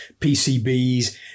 PCBs